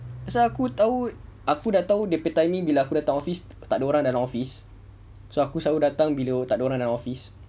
pasal aku tahu aku dah tahu dia punya timing bila aku datang office tak ada orang dalam office so selalu aku datang bila tak ada orang dalam office